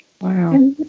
Wow